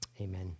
Amen